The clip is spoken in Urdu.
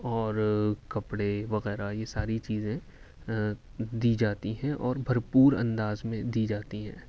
اور کپڑے وغیرہ یہ ساری چیزیں دی جاتی ہیں اور بھرپور انداز میں دی جاتی ہیں